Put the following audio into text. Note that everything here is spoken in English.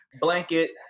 blanket